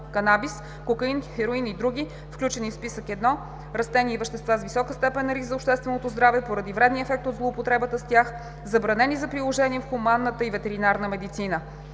(канабис), кокаин, хероин и други, включени в Списък I „Растения и вещества с висока степен на риск за общественото здраве поради вредния ефект от злоупотребата с тях, забранени за приложение в хуманната и ветеринарната медицина“